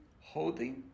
holding